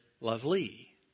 lovely